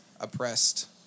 oppressed